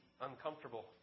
uncomfortable